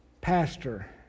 pastor